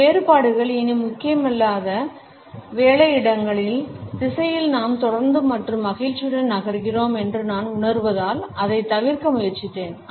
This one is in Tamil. இந்த வேறுபாடுகள் இனி முக்கியமில்லாத வேலை இடங்களின் திசையில் நாம் தொடர்ந்து மற்றும் மகிழ்ச்சியுடன் நகர்கிறோம் என்று நான் உணருவதால் அதைத் தவிர்க்க முயற்சித்தேன்